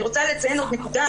אני רוצה לציין עוד נקודה.